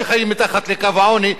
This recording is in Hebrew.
שחיים מתחת לקו העוני,